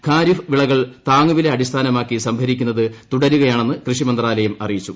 ഖാരിഫ് വിളകൾ താങ്ങുവില അടിസ്ഥാനമാക്കി സംഭരിക്കുന്നത് തുടരുകയാണെന്ന് കൃഷിമന്ത്രാലയം അറിയിച്ചു